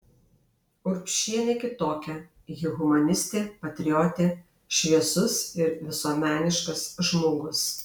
urbšienė kitokia ji humanistė patriotė šviesus ir visuomeniškas žmogus